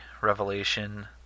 revelation